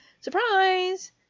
surprise